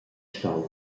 stau